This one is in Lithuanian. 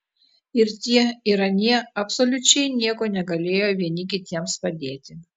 ir tie ir anie absoliučiai nieko negalėjo vieni kitiems padėti